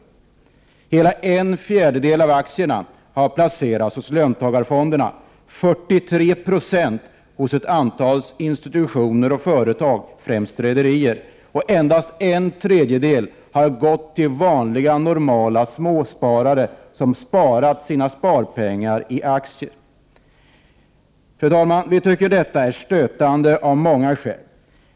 Inte mindre än en fjärdedel av aktierna har placerats hos löntagarfonderna, 43 26 hos ett antal institutioner och företag, främst rederier, medan endast en tredjedel har gått till vanliga normala småsparare, som placerar sina sparpengar i aktier. Fru talman! Vi tycker att detta är stötande — av många skäl.